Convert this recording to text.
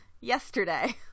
Yesterday